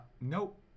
nope